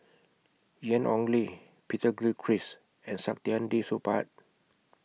Ian Ong Li Peter Gilchrist and Saktiandi Supaat